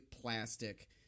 plastic